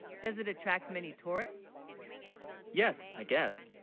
does it attract many tourists yes i guess,